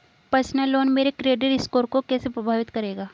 Personal loan मेरे credit score को कैसे प्रभावित करेगा?